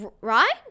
Right